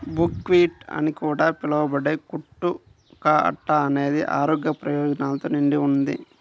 buckwheat అని కూడా పిలవబడే కుట్టు కా అట్ట అనేది ఆరోగ్య ప్రయోజనాలతో నిండి ఉంది